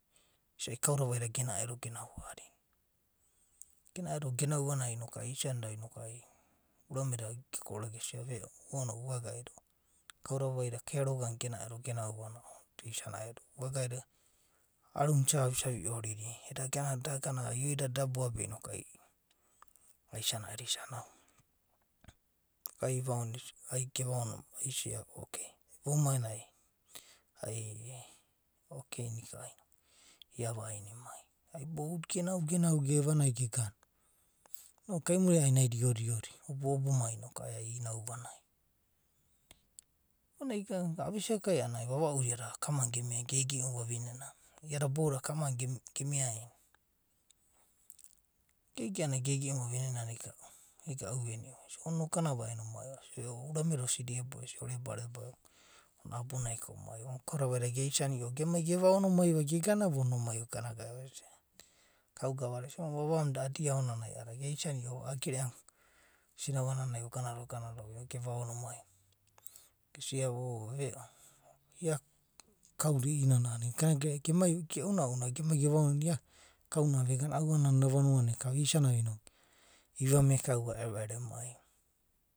Isai kauda vaida gena eda genau a’adina, gena edo genau a’anana noku ai isa nida noku ai urame da ge ko’ore gesia. veo onove, uva gaido, kau da vaida kaiaro ganai gena dedo genauva ounanai da isa naedo, uva gaidono arunai isa ava isa vio rida, eda gana, eda gana i’o idada eda bua be noku ai isa naedo isa nau, noku ai iva onoda, ai gevaono mai gesia ok boumai nai ai ok iava ainimai, ai boudadai genau genau gevanai gegana, inoku ka murinai ai naida iodi odi obu mai noku ai i nau vanai, ivanai igana avisakai a’anana ai vava’u da iada akamai nai gemia geigei’u na vavine na, ia da bou dadai akamaina gemia. Igeaegeae a’anana ai geigeimai na vavinenana egau veniu ona oganava aena omai, asia veo urame da osida iebova, esia. oreba reb ava, ona abunai ka omai ona kau da vaida geisaniova gevaono mai v age gana va ona mai ogana gae va, asia kau gava da aka, gesia vavamu da dia ona nai a’adada geisanio va a’a gereana sinavananai ogana do gana do gevao no mai, gesia va o veo, ia kauna i’ianana igana gere, ge unagemai gava ono mai va kauna vegana oua nana ena vanuana eka va, isania va noku, iva mekau’ava noku ero emai va